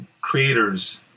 creators